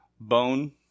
bone